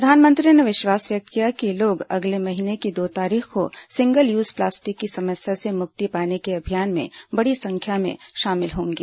प्रधानमंत्री ने विश्वास व्यक्त किया कि लोग अगले महीने की दो तारीख को सिंगल यूज प्लास्टिक की समस्या से मुक्ति पाने के अभियान में बड़ी संख्या में शामिल होंगे